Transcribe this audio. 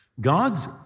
God's